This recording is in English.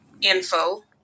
info